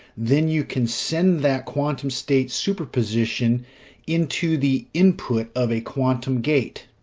then you can send that quantum state superposition into the input of a quantum gate.